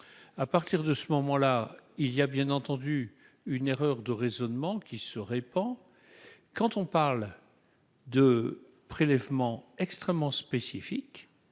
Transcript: à partir de ce moment-là, il y a bien entendu une erreur de raisonnement qui se répand, quand on parle de prélèvements extrêmement spécifique,